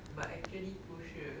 but actually 不是